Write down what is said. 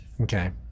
Okay